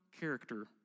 character